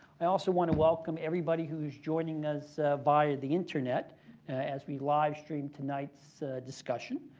i also want to welcome everybody who is joining us via the internet as we livestream tonight's discussion.